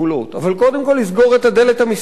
אבל קודם כול נסגור את הדלת המסתובבת,